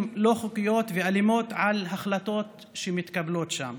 לא חוקיות ואלימות על החלטות שמתקבלות שם.